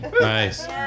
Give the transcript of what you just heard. Nice